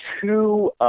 two